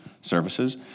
services